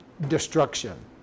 destruction